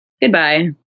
goodbye